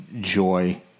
joy